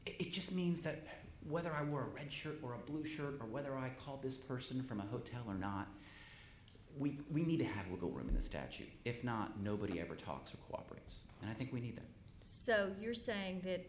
it just means that whether our world red shirt or a blue shirt or whether i call this person from a hotel or not we we need to have a little room in the statute if not nobody ever talks or cooperate and i think we need them so you're saying that